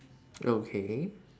okay